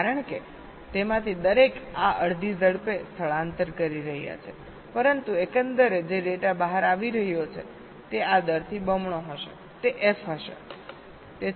કારણ કે તેમાંથી દરેક આ અડધી ઝડપે સ્થળાંતર કરી રહ્યા છે પરંતુ એકંદરે જે ડેટા બહાર આવી રહ્યો છે તે આ દરથી બમણો હશે તે f હશે